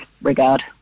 regard